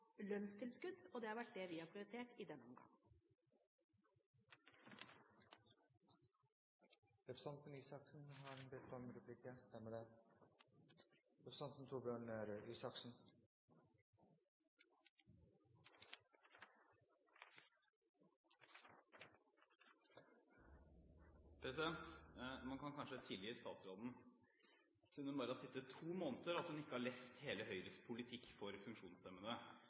lønnstilskudd, og det har vært det vi har prioritert i denne omgang. Man kan kanskje tilgi statsråden, siden hun bare har sittet i to måneder, at hun ikke har lest hele Høyres politikk for funksjonshemmede.